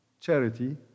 Charity